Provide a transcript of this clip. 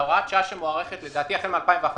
שמוארכת לדעתי החל מ-2011,